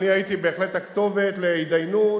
אני הייתי בהחלט הכתובת להתדיינות